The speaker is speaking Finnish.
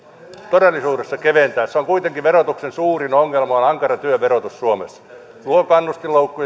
todellisuudessa keventää verotuksen suurin ongelma on kuitenkin ankara työn verotus suomessa se luo kannustinloukkuja ja vie